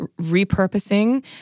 repurposing